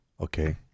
Okay